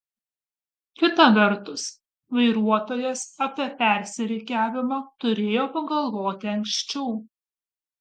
kita vertus vairuotojas apie persirikiavimą turėjo pagalvoti anksčiau